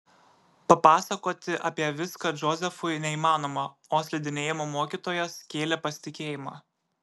papasakoti apie viską džozefui neįmanoma o slidinėjimo mokytojas kėlė pasitikėjimą